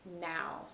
now